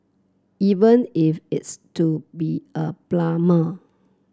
even if it's to be a plumber